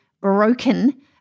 broken